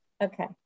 Okay